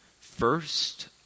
first